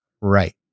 right